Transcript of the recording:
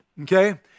okay